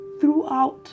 throughout